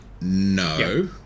no